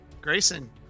Grayson